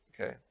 okay